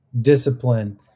discipline